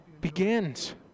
begins